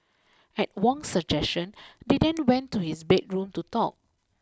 at Wong's suggestion they then went to his bedroom to talk